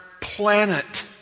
planet